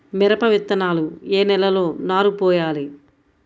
మిరప విత్తనాలు ఏ నెలలో నారు పోయాలి?